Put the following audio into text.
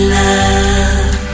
love